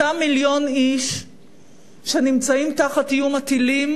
אותם מיליון איש שנמצאים תחת איום הטילים